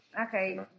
Okay